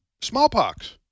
smallpox